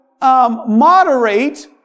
moderate